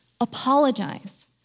Apologize